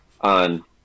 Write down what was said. on